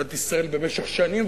מדינת ישראל במשך שנים,